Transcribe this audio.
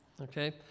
Okay